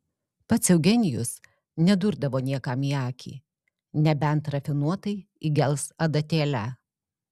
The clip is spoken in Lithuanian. pats eugenijus nedurdavo niekam į akį nebent rafinuotai įgels adatėle